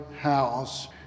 house